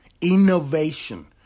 Innovation